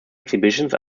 exhibitions